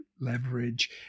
leverage